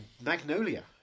Magnolia